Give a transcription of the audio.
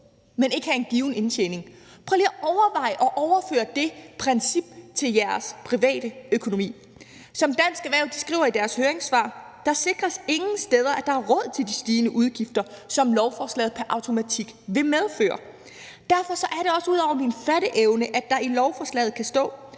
men ikke have en given indtjening. Prøv lige at overveje at overføre det princip til jeres private økonomi. Som Dansk Erhverv skriver i sit høringssvar: Der sikres ingen steder, at der er råd til de stigende udgifter, som lovforslaget pr. automatik vil medføre. Derfor er det også ud over min fatteevne, at der i lovforslaget kan stå,